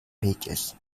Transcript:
pages